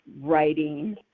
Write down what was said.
writing